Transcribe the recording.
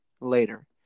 later